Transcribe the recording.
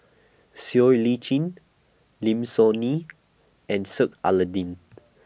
Siow Lee Chin Lim Soo Ngee and Sheik Alau'ddin